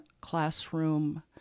classroom